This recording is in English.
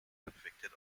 convicted